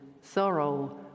sorrow